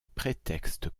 prétexte